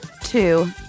Two